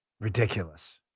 Ridiculous